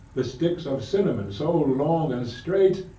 the sticks of cinnamon so long and straight,